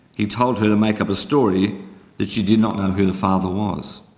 he told her to make up a story that she did not know who the father was.